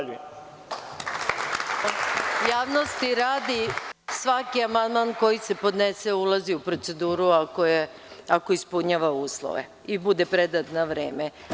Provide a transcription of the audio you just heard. Javnosti radi, svaki amandman koji se podnese ulazi u proceduru ako ispunjava uslove i bude predat na vreme.